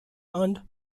earned